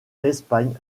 l’espagne